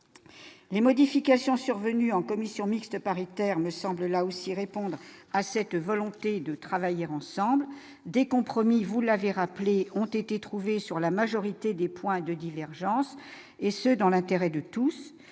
les modifications survenues en commission mixte paritaire me semble là aussi répondre à cette volonté de travailler ensemble des compromis, vous l'avez rappelé ont été trouvés sur la majorité des points de divergence, et ce dans l'intérêt de tous,